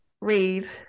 read